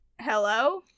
Hello